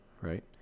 right